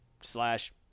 slash